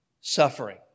suffering